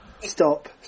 Stop